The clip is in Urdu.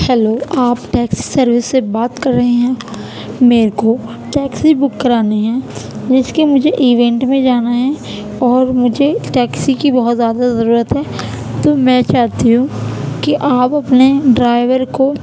ہیلو آپ ٹیکسی سروس سے بات کر رہے ہیں میرے کو ٹیکسی بک کرانی ہے جس کے مجھے ایوینٹ میں جانا ہے اور مجھے ٹیکسی کی بہت زیادہ ضرورت ہے تو میں چاہتی ہوں کہ آپ اپنے ڈرائیور کو